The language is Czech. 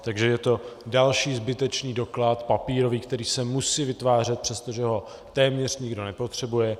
Takže je to další zbytečný doklad papírový, který se musí vytvářet, přestože ho téměř nikdo nepotřebuje.